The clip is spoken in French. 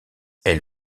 elle